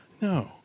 No